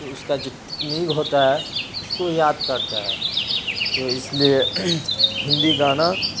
تو اس کا جو ٹیکنیک ہوتا ہے اس کو یاد کرتا ہے تو اس لیے ہندی گانا